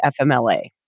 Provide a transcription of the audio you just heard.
fmla